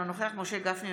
אינו נוכח משה גפני,